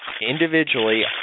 individually